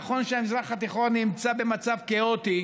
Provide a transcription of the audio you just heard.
נכון שהמזרח התיכון נמצא במצב כאוטי,